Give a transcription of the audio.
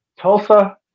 Tulsa